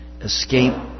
escape